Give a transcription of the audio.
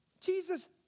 Jesus